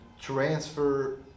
transfer